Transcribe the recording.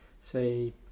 say